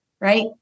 right